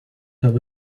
have